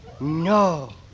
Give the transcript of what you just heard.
No